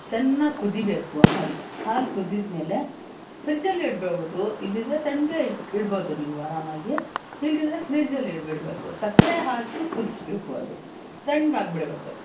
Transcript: ಚೆನ್ನಾಗಿ ಕುದಿಬೇಕು ಹಾಲು ಹಾಲು ಕುದಿದ್ಮೇಲೆ ಫ್ರಿಜ್ಜಲ್ಲಿ ಇಡ್ಬೌದು ಇಲ್ಲದಿದ್ರೆ ತಣ್ಣಗೆ ಇಡ್ಬೌದು ನೀವು ಆರಾಮಾಗಿ ಇಲ್ಲದಿದ್ರೆ ಫ್ರಿಜ್ಜಲ್ಲಿ ಇಡಿ ಇಡಬೇಕು ಸಕ್ಕರೆ ಹಾಕಿ ಕುದ್ಸ್ಬೇಕು ಅದು ತಣ್ಗಾಗ್ಬಿಡ್ಬೇಕು